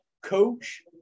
Coach